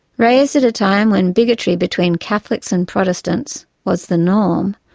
raised at a time when bigotry between catholics and protestants was the norm,